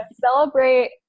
celebrate